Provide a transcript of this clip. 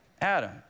Adam